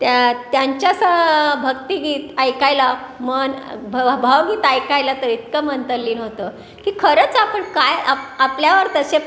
त्या त्यांच्यास भक्तिगीत ऐकायला मन भव भावगीत ऐकायला तर इतकं मन तल्लीन होतं की खरंच आपण काय आप आपल्यावर तसे